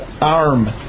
arm